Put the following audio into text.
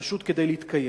פשוט כדי להתקיים.